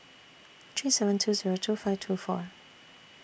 three seven two Zero two five two four